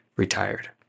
retired